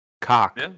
Cock